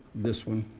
this one.